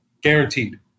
Guaranteed